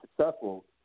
successful